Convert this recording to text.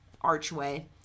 archway